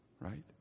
right